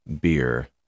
Beer